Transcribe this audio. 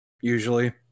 Usually